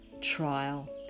trial